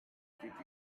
give